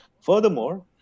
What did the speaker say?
Furthermore